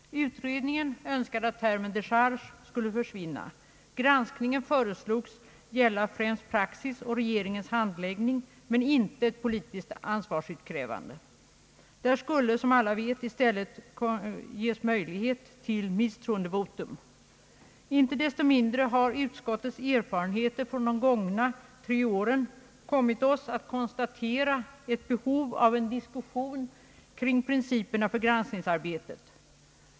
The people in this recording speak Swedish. Utredningen önskade att termen decharge skulle försvinna. Granskningen föreslogs gälla främst praxis och regeringsärendenas handläggning, men inte ett politiskt ansvarsutkrävande. Där skall som alla vet i stället ges möjlighet till misstroendevotum. Inte desto mindre har utskottets erfarenheter från de gångna tre åren kom mit oss att konstatera ett behov av en diskussion kring principerna för granskningsarbetet.